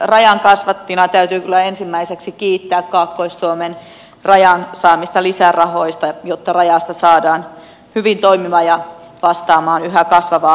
rajan kasvattina täytyy kyllä ensimmäiseksi kiittää kaakkois suomen rajan saamista lisärahoista jotta rajasta saadaan hyvin toimiva ja vastaamaan yhä kasvavaa rajanylitystä